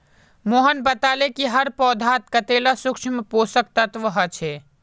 मोहन बताले कि हर पौधात कतेला सूक्ष्म पोषक तत्व ह छे